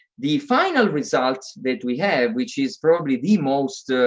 the final result that we have, which is probably the most